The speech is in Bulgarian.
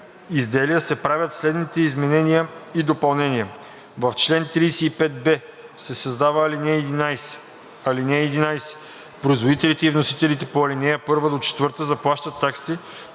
изделия се правят следните изменения и допълнения: 1. В чл. 35б се създава ал. 11: „(11) Производителите и вносителите по ал. 1 – 4 заплащат такси